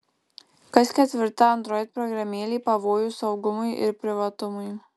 kas ketvirta android programėlė pavojus saugumui ir privatumui